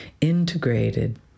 integrated